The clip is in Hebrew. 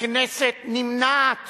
הכנסת נמנעת